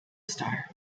star